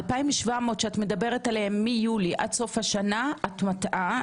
2,700 שאת מדברת עליהם עד סוף השנה, את מטעה.